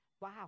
wow